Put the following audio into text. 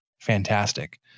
fantastic